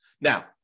Now